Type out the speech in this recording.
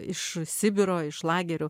iš sibiro iš lagerių